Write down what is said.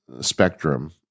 spectrum